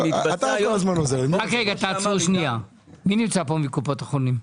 מי נמצא פה מקופות החולים?